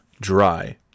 dry